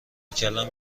کلم